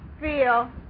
feel